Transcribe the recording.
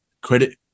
credit